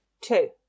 Two